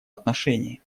отношении